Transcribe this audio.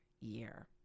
year